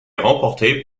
remportée